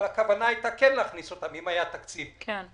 אבל הכוונה הייתה כן להכניס אותם אם היה תקציב מדינה.